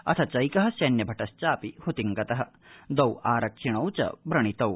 अथ चैक सन्यभ ज्ञि चापि हतिंगत द्वौ आरक्षिणौ च व्रणितौ